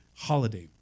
Holiday